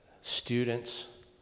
students